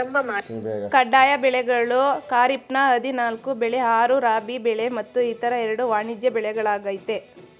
ಕಡ್ಡಾಯ ಬೆಳೆಗಳು ಖಾರಿಫ್ನ ಹದಿನಾಲ್ಕು ಬೆಳೆ ಆರು ರಾಬಿ ಬೆಳೆ ಮತ್ತು ಇತರ ಎರಡು ವಾಣಿಜ್ಯ ಬೆಳೆಗಳಾಗಯ್ತೆ